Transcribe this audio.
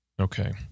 Okay